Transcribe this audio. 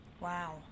Wow